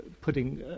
putting